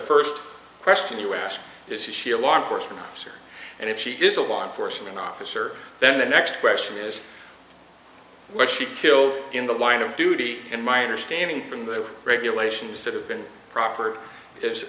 first question you ask this is she a law enforcement officer and if she is a law enforcement officer then the next question is what she killed in the line of duty and my understanding from the regulations that have been proffered is